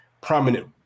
prominent